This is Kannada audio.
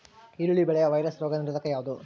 ಈರುಳ್ಳಿ ಬೆಳೆಯ ವೈರಸ್ ರೋಗ ನಿರೋಧಕ ಯಾವುದು?